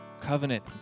covenant